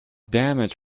damage